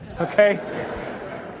Okay